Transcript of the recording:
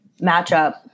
matchup